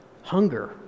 Hunger